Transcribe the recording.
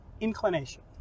inclination